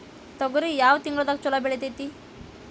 ತೊಗರಿ ಯಾವ ತಿಂಗಳದಾಗ ಛಲೋ ಬೆಳಿತೈತಿ?